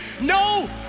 No